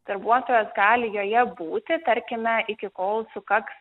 darbuotojas gali joje būti tarkime iki kol sukaks